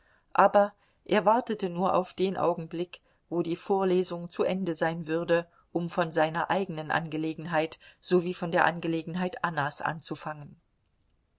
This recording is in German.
aber er wartete nur auf den augenblick wo die vorlesung zu ende sein würde um von seiner eigenen angelegenheit sowie von der angelegenheit annas anzufangen